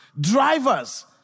drivers